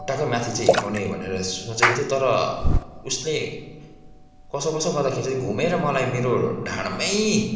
खुट्टको माथि चाहिँ हिर्काउने भनेर सोचेको थिएँ तर उसले कसो कसो गर्दाखेरि चाहिँ घुमेर मलाई मेरो ढाँडमै